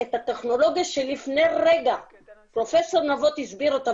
את הטכנולוגיה שלפני רגע פרופ' נבות הזכיר אותה,